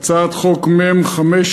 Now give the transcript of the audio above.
הצעות חוק מ/547.